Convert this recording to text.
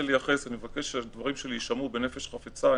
לייחס אני מבקש שהדברים שלי יישמעו בנפש חפצה.